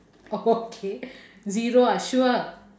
oh okay zero ah sure